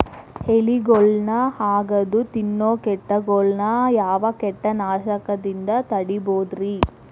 ಎಲಿಗೊಳ್ನ ಅಗದು ತಿನ್ನೋ ಕೇಟಗೊಳ್ನ ಯಾವ ಕೇಟನಾಶಕದಿಂದ ತಡಿಬೋದ್ ರಿ?